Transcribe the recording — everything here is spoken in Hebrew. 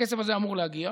הכסף הזה אמור להגיע.